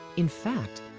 in fact,